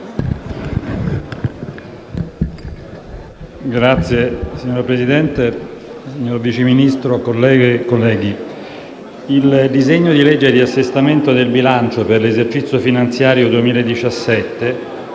2875*. Signora Presidente, signor Vice Ministro, colleghe e colleghi, il disegno di legge di assestamento del bilancio per l'esercizio finanziario 2017